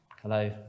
Hello